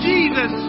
Jesus